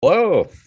Hello